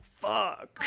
fuck